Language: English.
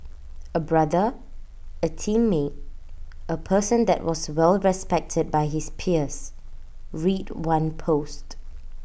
A brother A teammate A person that was well respected by his peers read one post